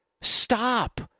Stop